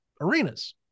arenas